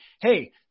Hey